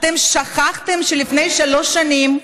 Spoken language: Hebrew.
אתם שכחתם שלפני שלוש שנים,